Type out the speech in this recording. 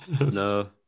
No